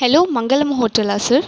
hello Mangalam ஹோட்டலா sir